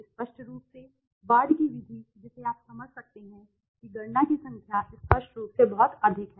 स्पष्ट रूप से वार्ड की विधि जिसे आप समझ सकते हैं कि गणना की संख्या स्पष्ट रूप से बहुत अधिक है